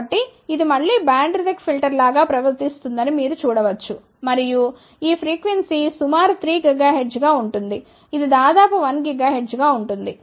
కాబట్టి ఇది మళ్ళీ బ్యాండ్ రిజెక్ట్ ఫిల్టర్ లాగా ప్రవర్తిస్తుందని మీరు చూడ వచ్చు మరియు ఈ ఫ్రీక్వెన్సీ సుమారు 3 GHz గా ఉంటుంది ఇది దాదాపు 1 GHz గా ఉంటుంది